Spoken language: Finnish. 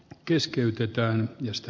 ne keskeytetään josta